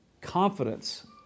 confidence